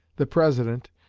the president,